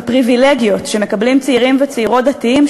בפריבילגיות שמקבלים צעירים וצעירות דתיים,